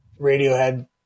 Radiohead